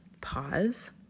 pause